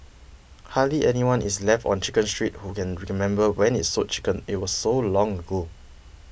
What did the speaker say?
hardly anyone is left on Chicken Street who can remember when it sold chicken it was so long ago